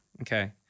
okay